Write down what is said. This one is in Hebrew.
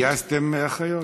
גייסתם אחיות?